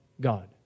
God